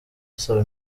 asaba